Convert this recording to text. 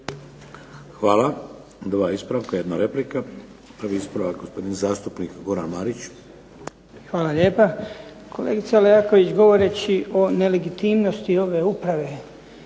Hvala. Dva ispravka jedna replika. Prvi ispravak gospodin zastupnik Goran Marić. **Marić, Goran (HDZ)** Hvala lijepa. Kolegice Leaković govoreći o nelegitimnosti ove uprave